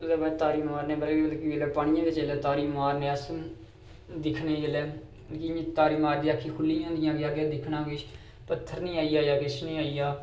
ओह्दे बाद तारी मरनी जेल्लै पानियै बिच जेल्लै तारी मारने अस दिखने जेल्लै तारी मारने अक्खी खु'ल्लियां होंदियां कि अग्गै दिक्खना किश पत्थर निं आई जा जां किश निं आई जा